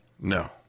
No